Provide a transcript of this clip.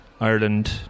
Ireland